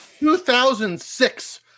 2006